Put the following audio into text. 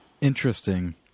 Interesting